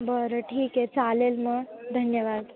बरं ठीक आहे चालेल मग धन्यवाद